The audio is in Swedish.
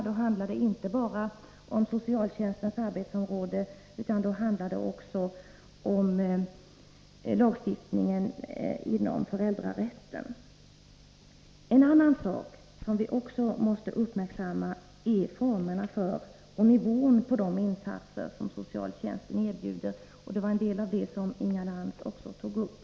Då handlar det inte bara om socialtjänstens arbetsområde, utan då handlar det Nr 33 också om lagstiftningen inom föräldrarättens område. Fredagen den En annan sak som vi också måste uppmärksamma är formerna för och 25 november 1983 nivån på de insatser som socialtjänsten erbjuder, och det var en del av det som Inga Lantz också tog upp.